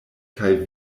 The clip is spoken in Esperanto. kaj